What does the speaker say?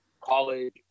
college